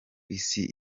isi